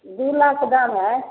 दो लाख दाम है